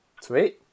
Sweet